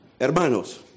Hermanos